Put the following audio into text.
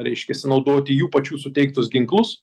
reiškias naudoti jų pačių suteiktus ginklus